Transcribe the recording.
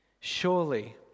Surely